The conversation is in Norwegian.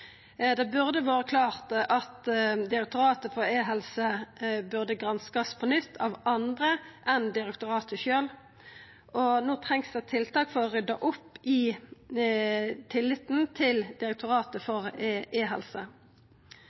Det burde vore klart at Direktoratet for e-helse burde granskast på nytt, av andre enn direktoratet sjølv, og no trengst det tiltak for å rydda opp i tilliten til Direktoratet for